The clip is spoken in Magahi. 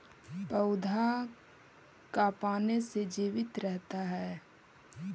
पौधा का पाने से जीवित रहता है?